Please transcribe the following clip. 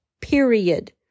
period